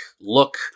look